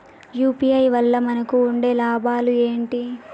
UPI వల్ల మనకు ఉండే లాభాలు ఏంటి?